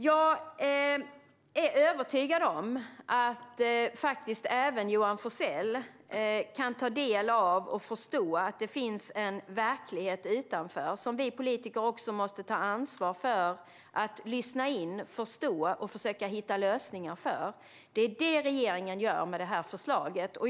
Jag är övertygad om att även Johan Forssell kan ta del av och förstå att det finns en verklighet utanför som vi politiker måste ta ansvar för lyssna in, förstå och försöka hitta lösningar för. Det är vad regeringen gör med detta förslag.